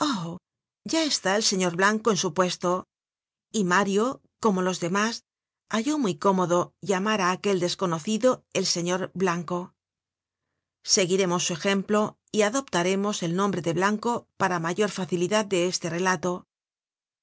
ya está el señor blanco en su puesto y mario como los demás halló muy cómodo llamar á aquel desconocido el señor blanco content from google book search generated at seguiremos su ejemplo y adoptaremos el nombre de blanco para mayor facilidad de este relato